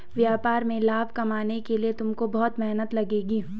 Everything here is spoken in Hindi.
व्यापार में लाभ कमाने के लिए तुमको बहुत मेहनत लगेगी